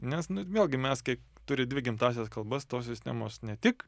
nes nu ir vėlgi mes kai turi dvi gimtąsias kalbas tos sistemos ne tik